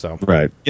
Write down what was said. Right